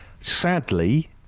sadly